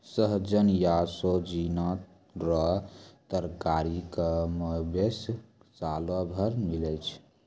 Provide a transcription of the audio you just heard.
सहजन या सोजीना रो तरकारी कमोबेश सालो भर मिलै छै